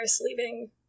leaving